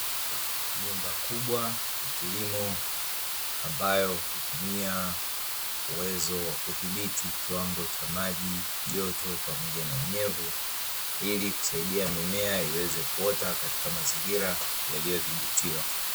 Nyumba kubwa ya kilimo ambayo hutumia uwezo wa kudhibiti kiwango cha maji, joto, pamoja na unyevu, ili kusaidia mimea iweze kuota katika mazingira yaliyo dhibitiwa.